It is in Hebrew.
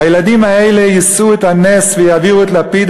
הילדים האלה יישאו את הנס ויעבירו את לפיד